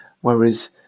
Whereas